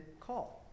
call